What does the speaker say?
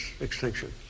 extinction